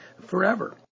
forever